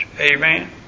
Amen